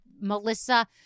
melissa